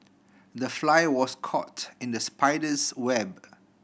the fly was caught in the spider's web